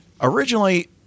originally